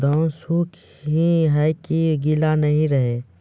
धान सुख ही है की गीला नहीं रहे?